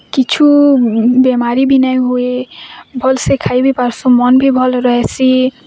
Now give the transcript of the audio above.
କିଛୁ ବେମାରୀ ବି ନେଇଁହୁଏ ଭଲ୍ସେ ଖାଇବି ପାରସୁଁ ମନ୍ ଭି ଭଲ୍ ରହେସି